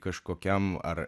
kažkokiam ar